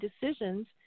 decisions